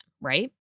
right